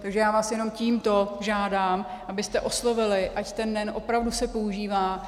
Takže já vás jenom tímto žádám, abyste oslovili, ať se ten NEN opravdu používá.